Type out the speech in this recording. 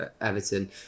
Everton